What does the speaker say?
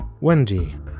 Wendy